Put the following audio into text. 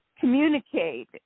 communicate